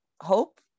hope